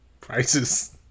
Prices